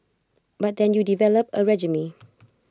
but then you develop A regime